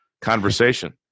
conversation